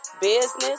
business